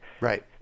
right